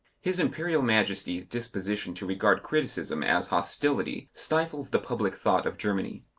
his imperial majesty's disposition to regard criticism as hostility stifles the public thought of germany.